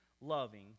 loving